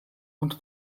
und